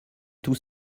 tout